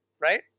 right